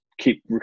keep